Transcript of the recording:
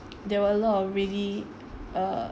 there were a lot of really err